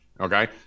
Okay